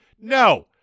No